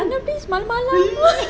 jangan please malam-malam